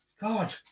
God